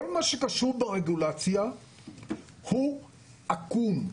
הוא עקום.